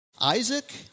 Isaac